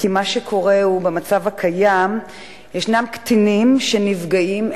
כי מה שקורה הוא שבמצב הקיים ישנם קטינים שנפגעים,